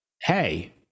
hey